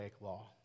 law